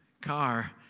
car